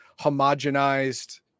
homogenized